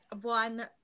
one